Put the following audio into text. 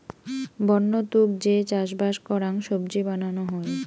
বন্য তুক যে চাষবাস করাং সবজি বানানো হই